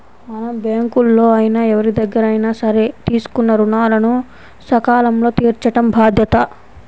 మనం బ్యేంకుల్లో అయినా ఎవరిదగ్గరైనా సరే తీసుకున్న రుణాలను సకాలంలో తీర్చటం బాధ్యత